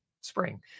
spring